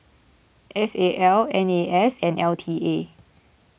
S A L N A S and L T A